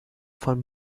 von